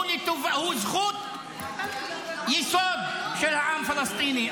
הוא זכות יסוד של העם הפלסטיני,